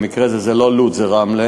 במקרה הזה זה לא לוד, זה רמלה.